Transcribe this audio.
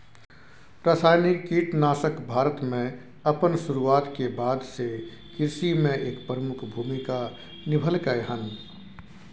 रासायनिक कीटनाशक भारत में अपन शुरुआत के बाद से कृषि में एक प्रमुख भूमिका निभलकय हन